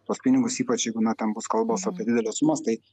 tuos pinigus ypač jeigu na ten bus kalbos apie dideles sumas tai